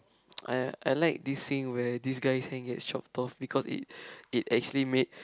I I like this scene where this guy's hand get chopped off because it it actually made